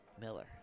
Miller